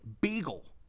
beagle